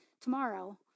tomorrow